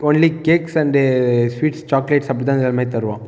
only cakes and sweets chocolates அப்படிதான் அதுமாதிரி தருவோம்